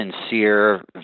sincere